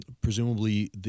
Presumably